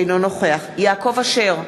אינו נוכח יעקב אשר,